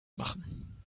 machen